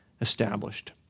established